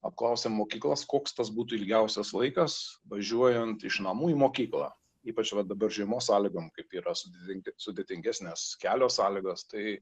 apklausėm mokyklas koks tas būtų ilgiausias laikas važiuojant iš namų į mokyklą ypač va dabar žiemos sąlygom kaip yra sudėting sudėtingesnės kelio sąlygos tai